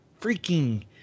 freaking